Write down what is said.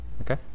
Okay